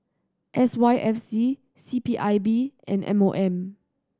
S Y F C C P I B and M O M